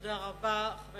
תודה רבה.